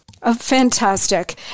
fantastic